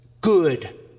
good